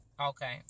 Okay